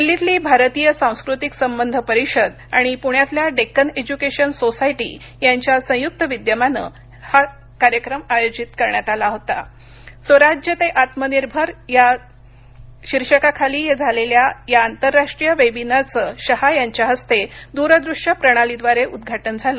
दिल्लीतली भारतीय सांस्कृतिक संबंध परिषद आणि पुण्यातल्या डेक्कन एज्युकेशन सोसायटी यांच्या संयुक्त विद्यमानं आयोजित करण्यात आलेल्या स्वराज्य ते आत्मनिर्भर या आंतरराष्ट्रीय वेबिनारचं शहा यांच्या हस्ते दूरदृश्य प्रणालीद्वारे उद्घाटन झालं